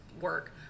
work